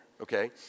okay